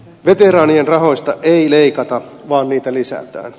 veteraanien rahoista ei leikata vaan niitä lisätään